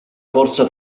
forza